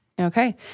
Okay